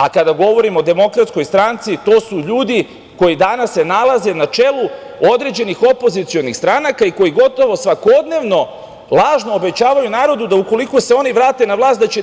A, kada govorimo o Demokratskoj stranci, to su ljudi koji danas se nalaze na čelu određenih opozicionih stranaka i koji gotovo svakodnevno lažno obećavaju narodu da ukoliko se oni vrate na vlast, da će